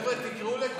חבר'ה, תקראו לכולם.